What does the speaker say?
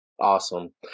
Awesome